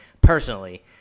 Personally